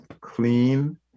Clean